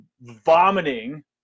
vomiting